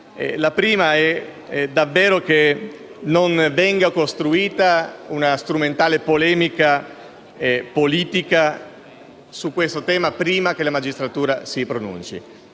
vogliamo venga costruita una strumentale polemica politica su questo tema prima che la magistratura si pronunci.